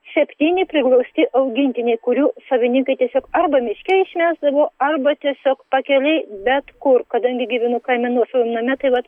septyni priglausti augintiniai kurių savininkai tiesiog arba miške išmesdavo arba tiesiog pakelėj bet kur kadangi gyvenu kaime nuosavam name tai vat